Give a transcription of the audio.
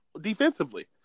defensively